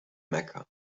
mecca